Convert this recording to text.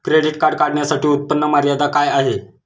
Credit card काढण्यासाठी उत्पन्न मर्यादा काय आहे?